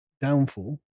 Downfall